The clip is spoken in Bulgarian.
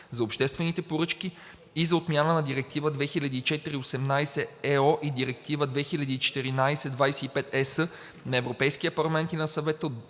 за обществените поръчки и за отмяна на Директива 2004/18/ЕО и Директива 2014/25/ЕС на Европейския парламент и на Съвета